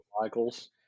Michaels